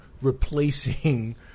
replacing